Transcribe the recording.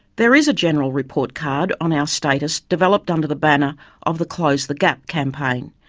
there is a general report card on our status developed under the banner of the close the gap campaign,